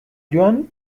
joan